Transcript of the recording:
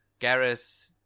Garrus